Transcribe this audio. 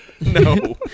No